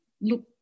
look